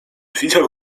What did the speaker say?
widział